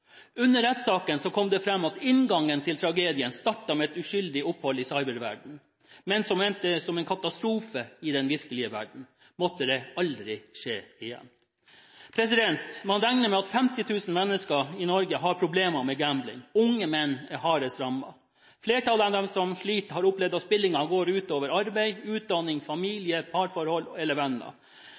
Under rettssaken kom det fram at inngangen til tragedien startet med et uskyldig opphold i cyberverdenen, men endte som en katastrofe i den virkelige verden. Måtte det aldri skje igjen. Man regner med at 50 000 mennesker i Norge har problemer med gambling. Unge menn er hardest rammet. Flertallet av dem som sliter, har opplevd at spillingen går ut over arbeid, utdanning, familie, parforhold eller venner.